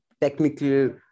technical